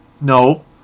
No